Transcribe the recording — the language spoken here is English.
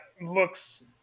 looks